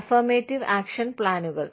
affirmative action പ്ലാനുകൾ